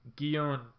Gion